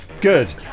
Good